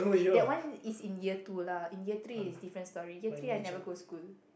that one is in year two lah in year three is different story year three I never go school